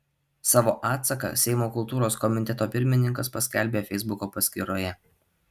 savo atsaką seimo kultūros komiteto pirmininkas paskelbė feisbuko paskyroje